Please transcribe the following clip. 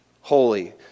holy